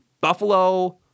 Buffalo